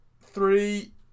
three